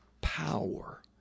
power